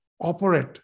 operate